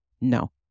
No